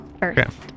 first